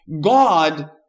God